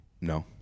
No